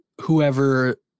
whoever